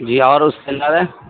جی اور اس کے علاوہ